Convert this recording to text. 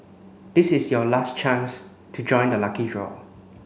this is your last chance to join the lucky draw